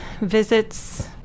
visits